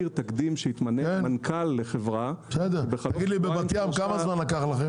אני לא מכיר תקדים שהתמנה מנכ"ל לחברה- -- בבת ים כמה זמן לקח לכם?